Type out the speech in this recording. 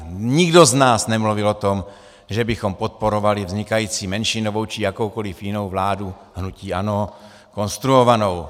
Nikdo z nás nemluvil o tom, že bychom podporovali vznikající menšinovou či jakoukoliv jinou vládu hnutí ANO konstruovanou.